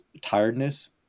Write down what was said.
tiredness